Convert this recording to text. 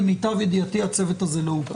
למיטב ידיעתי הצוות הזה לא הוקם.